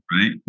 Right